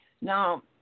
Now